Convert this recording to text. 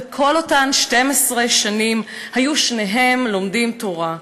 וכל אותן 12 שנים היו שניהם לומדים תורה.